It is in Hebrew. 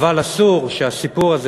אבל אסור שהסיפור הזה,